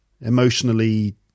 emotionally